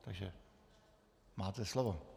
Takže máte slovo.